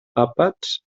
àpats